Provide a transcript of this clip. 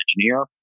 engineer